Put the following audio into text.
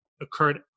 occurred